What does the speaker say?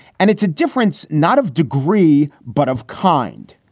and it's a difference not of degree, but of kind.